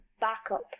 backup